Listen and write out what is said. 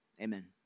Amen